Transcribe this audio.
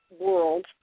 world